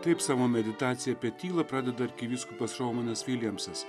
taip savo meditaciją apie tylą pradeda arkivyskupas romanas viljamsas